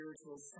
Spiritual